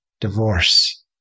Divorce